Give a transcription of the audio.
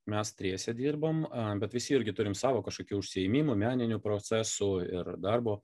mes triese dirbam bet visi irgi turim savo kažkokių užsiėmimų meninių procesų ir darbo